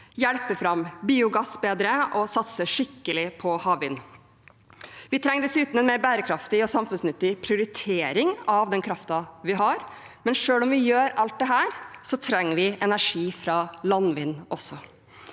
bedre fram biogass og satse skikkelig på havvind. Vi trenger dessuten en mer bærekraftig og samfunnsnyttig prioritering av den kraften vi har. Men selv om vi gjør alt dette, trenger vi også energi fra landvind.